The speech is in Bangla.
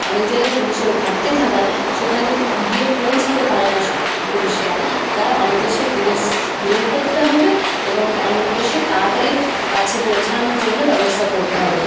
অনেক জায়গায় পুলিশের ঘাটতি থাকায় সেখানে গিয়ে পৌঁছাতে পারে না পুলিশরা তাই অনেক বেশি পুলিশ নিয়োগ করতে হবে এবং অনেক বেশি তাড়াতাড়ি কাছে পৌঁছানোর জন্য ব্যবস্থা করতে হবে